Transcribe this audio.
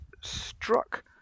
struck